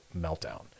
meltdown